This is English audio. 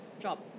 job